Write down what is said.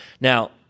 Now